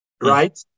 right